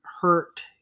hurt